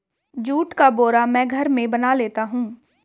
जुट का बोरा मैं घर में बना लेता हूं